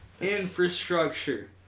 infrastructure